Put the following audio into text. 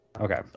okay